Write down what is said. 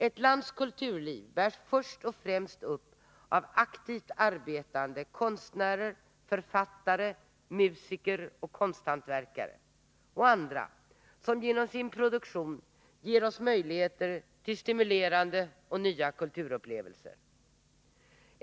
Ett lands kulturliv bärs först och främst upp av aktivt arbetande konstnärer, författare, musiker, konsthantverkare och andra, som genom sin produktion ger oss möjligheter till stimulerande och nya kulturupplevelser.